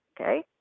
okay